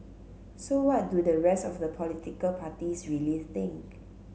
so what do the rest of the political parties really think